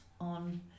on